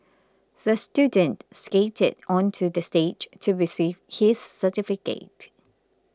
the student skated onto the stage to receive his certificate